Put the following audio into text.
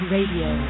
Radio